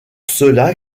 cela